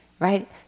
right